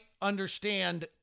understand